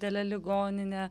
delė ligoninė